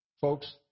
Folks